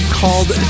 called